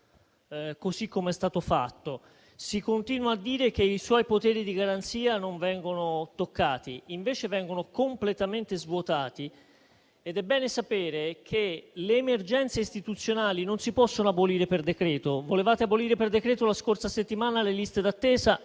così come è stato fatto. Si continua a dire che i suoi poteri di garanzia non vengono toccati, invece vengono completamente svuotati, ed è bene sapere che le emergenze istituzionali non si possono abolire per decreto. Volevate abolire per decreto la scorsa settimana le liste d'attesa;